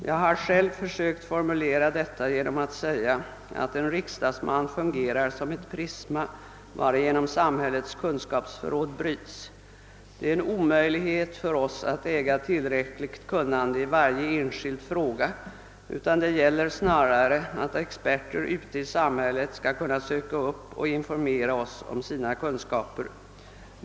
Jag har själv försökt formulera detta genom att säga att en riksdagsman fungerar som ett prisma, varigenom samhällets kunskapsförråd bryts. Det är en omöjlighet för oss att äga tillräckligt kunnande i varje enskild fråga. Det gäller snarare att experter ute i samhället skall kunna söka upp och informera oss om sina kunskaper.